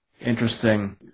interesting